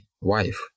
wife